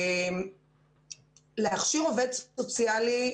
להכשיר עובד סוציאלי,